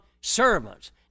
servants